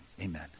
amen